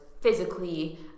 physically